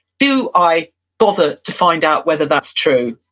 do i bother to find out whether that's true,